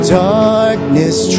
darkness